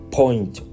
point